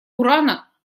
урана